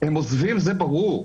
הם עוזבים זה ברור.